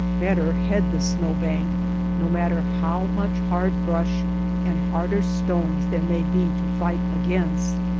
better head the snow-bank no matter how much hard brush and harder stones there may be to fight against.